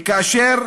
וכאשר